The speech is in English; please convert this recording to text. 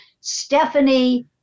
Stephanie